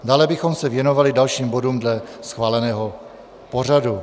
Dále bychom se věnovali dalším bodům dle schváleného pořadu.